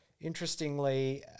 interestingly